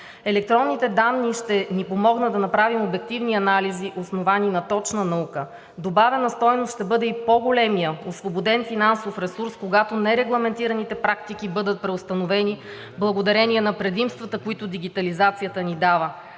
Електронните данни ще ни помогнат да направим обективни анализи, основани на точна наука. Добавена стойност ще бъде и по-големият, освободен финансов ресурс, когато нерегламентираните практики бъдат преустановени благодарение на предимствата, които дигитализацията ни дава.